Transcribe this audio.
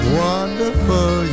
wonderful